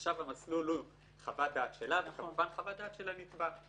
עכשיו המסלול הוא חוות דעת שלה וחוות דעת של הנתבע.